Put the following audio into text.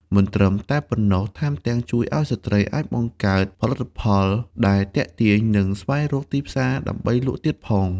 មិនត្រឹមតែប៉ុណ្ណោះ ថែមទាំងជួយឱ្យស្ត្រីអាចបង្កើតផលិតផលដែលទាក់ទាញ និងស្វែងរកទីផ្សារដើម្បីលក់ទៀតផង។